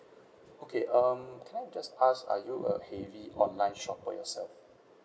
okay um can I just ask are you a heavy online shopper yourself